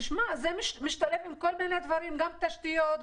זה משתלב בכל מיני דברים גם תשתיות,